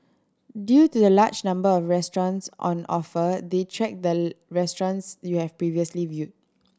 due to the large number of restaurants on offer they track the restaurants you have previously viewed